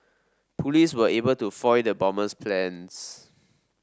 police were able to foil the bomber's plans